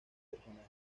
personajes